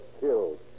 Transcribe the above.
killed